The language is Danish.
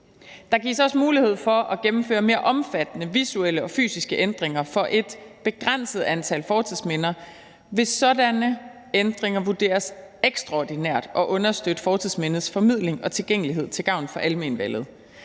Der gives også mulighed for at gennemføre mere omfattende, visuelle og fysiske ændringer for et begrænset antal fortidsminder, hvis sådanne ændringer vurderes ekstraordinært at understøtte fortidsmindets formidling og tilgængelighed til gavn for almenvellet.